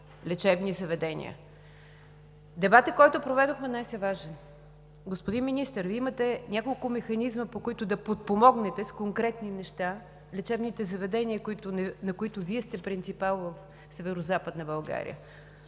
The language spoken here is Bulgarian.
лечебни заведения. Дебатът, който проведохме днес, е важен. Господин Министър, Вие имате няколко механизма, чрез които да подпомогнете с конкретни неща лечебните заведения, на които Вие сте принципал, в Северозападна България.